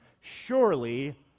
surely